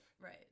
Right